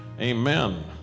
amen